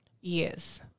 Yes